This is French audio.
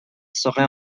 serait